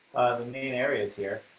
main areas here.